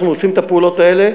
אנחנו עושים את הפעולות האלה,